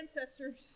ancestors